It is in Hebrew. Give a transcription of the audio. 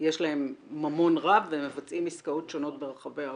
שיש להם ממון רב והם מבצעים עסקאות שונות ברחבי העולם.